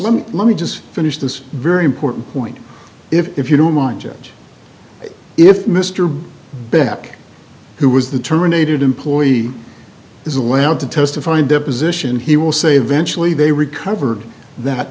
let me let me just finish this very important point if you don't mind judge if mr beck who was the terminated employee is allowed to testify in deposition he will say ventura lee they recovered that